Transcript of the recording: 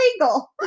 illegal